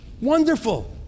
Wonderful